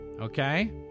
Okay